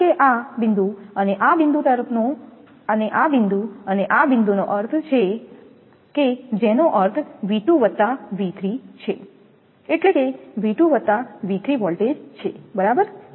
કારણ કે આ બિંદુ અને આ બિંદુનો આ તરફ આ બિંદુ અને આ બિંદુનો અર્થ છે આ બિંદુ અને આ બિંદુ જેનો અર્થ V2V3 છે એટલે કે V2V3 વોલ્ટેજ છે બરાબર